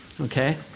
okay